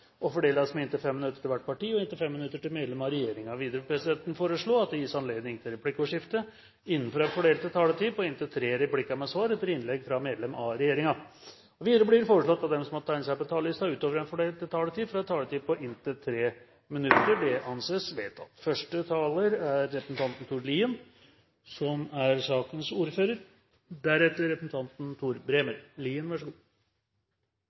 og fordeles med inntil 5 minutter til hvert parti og inntil 5 minutter til medlem av regjeringen. Videre vil presidenten foreslå at det gis anledning til replikkordskifte på inntil tre replikker med svar etter innlegg fra medlem av regjeringen innenfor den fordelte taletid. Videre blir det foreslått at de som måtte tegne seg på talerlisten utover den fordelte taletid, får en taletid på inntil 3 minutter. – Det anses vedtatt. Representanten Borghild Tenden fra Venstre har fremmet et forslag som